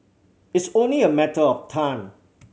it's only a matter of time